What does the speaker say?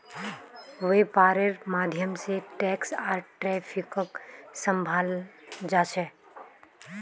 वैपार्र माध्यम से टैक्स आर ट्रैफिकक सम्भलाल जा छे